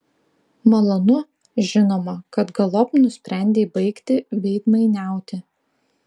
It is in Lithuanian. malonu žinoma kad galop nusprendei baigti veidmainiauti